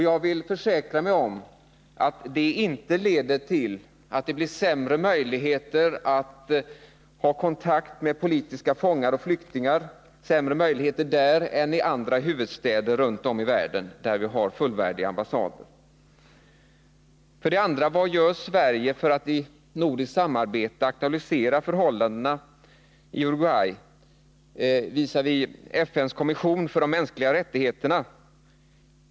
Jag vill försäkra mig om att detta inte leder till att det blir sämre möjligheter att ha kontakt med politiska fångar och flyktingar där än i andra huvudstäder runt om i världen där vi har fullvärdiga ambassader. syn på förhållandena i Uruguay syn på förhållandena i Uruguay För det andra: Vad gör Sverige för att i nordiskt samarbete aktualisera förhållandena i Uruguay visavi FN:s kommission för de mänskliga rättigheterna?